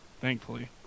Thankfully